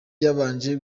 yabanje